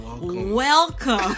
Welcome